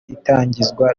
itangizwa